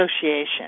Association